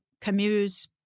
Camus